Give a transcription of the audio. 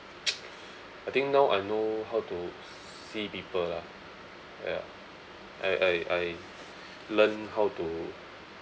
I think now I know how to see people lah ya I I I learn how to